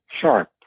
sharp